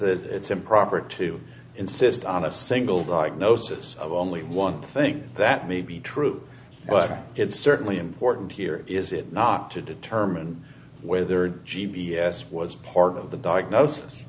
that it's improper to insist on a single guard gnosis of only one thing that may be true but it's certainly important here is it not to determine whether g b s was part of the diagnosis